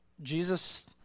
Jesus